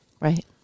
Right